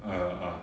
ya uh